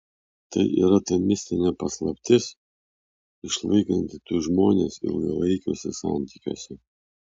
tai yra ta mistinė paslaptis išlaikanti du žmones ilgalaikiuose santykiuose